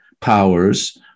powers